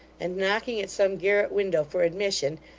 and, knocking at some garret window for admission,